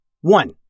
one